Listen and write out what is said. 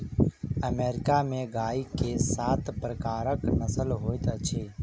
America में गाय के सात प्रकारक नस्ल होइत अछि